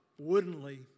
woodenly